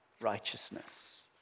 righteousness